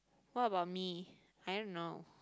what about me I don't know